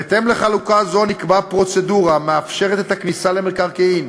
בהתאם לחלוקה זו נקבעה הפרוצדורה המאפשרת את הכניסה למקרקעין.